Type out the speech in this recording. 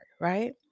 right